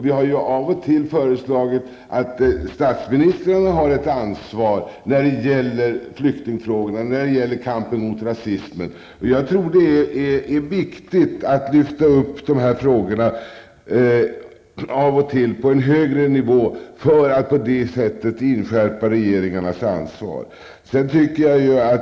Vi har av och till föreslagit att statsministrarna skall ta ett ansvar när det gäller flyktingfrågorna och när det gäller kampen mot rasismen. Jag tror att det är viktigt att av och till lyfta upp dessa frågor på en högre nivå för att på det sättet inskärpa regeringarnas ansvar.